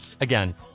Again